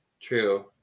True